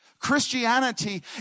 Christianity